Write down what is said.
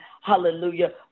hallelujah